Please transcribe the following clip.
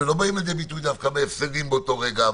גם אם לאו דווקא בהפסדים באותו רגע.